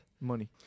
money